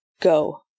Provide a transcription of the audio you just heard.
Go